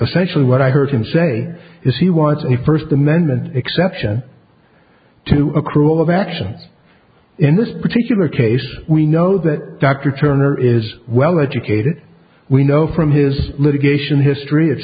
especially what i heard him say is he wants a first amendment exception two accrual of action in this particular case we know that dr turner is well educated we know from his litigation history it's